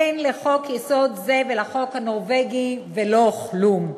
אין לחוק-יסוד זה ולחוק הנורבגי ולא כלום.